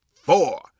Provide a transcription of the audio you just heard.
four